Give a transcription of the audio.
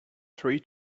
three